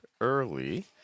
early